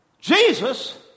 Jesus